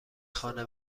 خانه